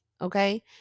okay